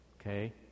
Okay